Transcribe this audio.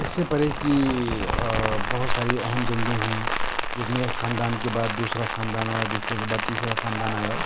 اِس سے پرے کہ بہت ساری اہم جنگیں ہوئیں جس میں ایک خاندان کے بعد دوسرا خاندان آیا دوسرے کے بعد تیسرا خاندان آیا